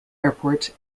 airport